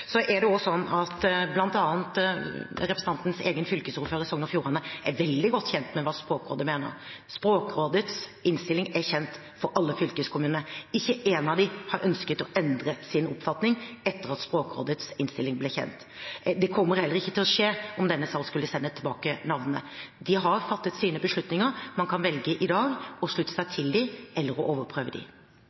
er også sånn at bl.a. representanten Nordlunds egen fylkesordfører i Sogn og Fjordane er veldig godt kjent med hva Språkrådet mener. Språkrådets innstilling er kjent for alle fylkeskommunene – ikke én av dem har ønsket å endre sin oppfatning etter at Språkrådets innstilling ble kjent. Det kommer heller ikke til å skje om denne sal skulle sende tilbake navnene. De har fattet sine beslutninger, man kan i dag velge å slutte seg til dem eller overprøve